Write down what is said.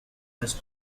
has